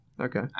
Okay